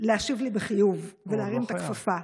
להשיב לי בחיוב ולהרים את הכפפה.